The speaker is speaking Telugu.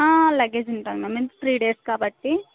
లగేజ్ ఉంటుంది మేడం త్రీ డేస్ కాబట్టి